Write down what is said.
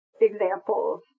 examples